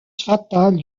fatal